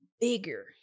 bigger